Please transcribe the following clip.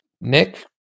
Nick